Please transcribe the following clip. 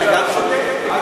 אתה גם שותק.